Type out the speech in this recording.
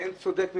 ואין צודק ממנו.